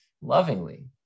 lovingly